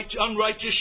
unrighteous